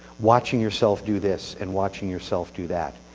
watching yourself do this and watching yourself do that,